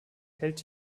hält